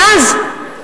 ואז,